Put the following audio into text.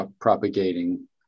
propagating